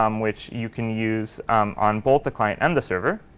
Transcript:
um which you can use on both the client and the server.